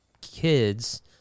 kids